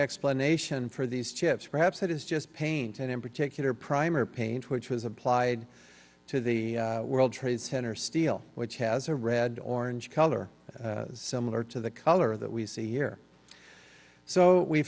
explanation for these chips or perhaps it is just paint and in particular primer paint which was applied to the world trade center steel which has a red orange color similar to the color that we see here so we